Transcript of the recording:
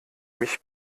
mich